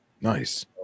Nice